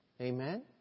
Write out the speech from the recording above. Amen